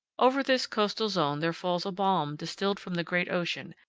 over this coastal zone there falls a balm distilled from the great ocean,